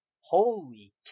Holy